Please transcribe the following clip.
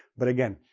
but again,